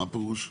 מה הפירוש?